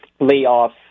layoffs